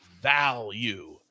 value